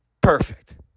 perfect